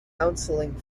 counseling